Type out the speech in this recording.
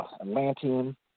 Atlantean